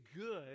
good